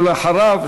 ואחריו,